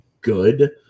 good